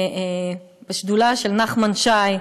בשדולה של נחמן שי,